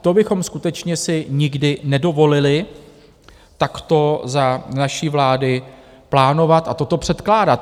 To bychom si skutečně nikdy nedovolili, takto za naší vlády plánovat a toto předkládat.